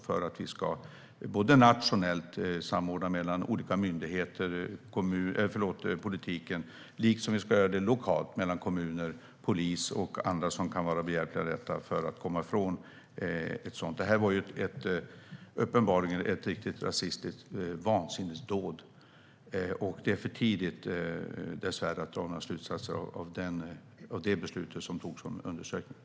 Det ska ske en samordning nationellt såväl politiskt som lokalt mellan kommuner, polis och andra som kan vara behjälpliga. Det var uppenbarligen ett rasistiskt vansinnesdåd. Det är dessvärre för tidigt att dra några slutsatser av beslutet om förundersökningen.